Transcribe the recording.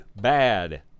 bad